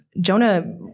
Jonah